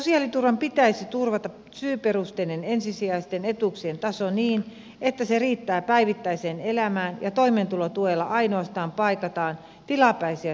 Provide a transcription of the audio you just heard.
sosiaaliturvan pitäisi turvata syyperusteisten ensisijaisten etuuksien taso niin että se riittää päivittäiseen elämään ja toimeentulotuella ainoastaan paikataan tilapäisiä toimeentulovaikeuksia